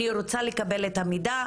אני רוצה לקבל את המידע,